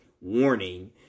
warning